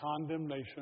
condemnation